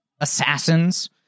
assassins